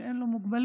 שאין לו מוגבלות,